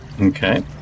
Okay